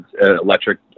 electric